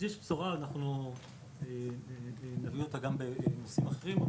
בשורה ונביא אותה גם בנושאים אחרים.